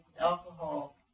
alcohol